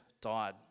died